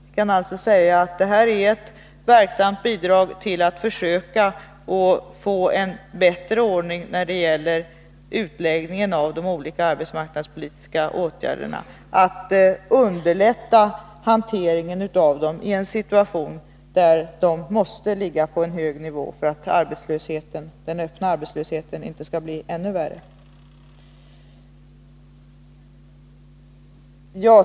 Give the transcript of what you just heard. Man kan alltså säga att detta är ett verksamt bidrag till att försöka få en bättre ordning när det gäller utläggningen av de olika arbetsmarknadspolitiska åtgärderna, att underlätta hanteringen av dem, i en situation där de måste ligga på en hög nivå för att den öppna arbetslösheten inte skall bli ännu värre.